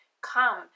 come